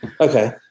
Okay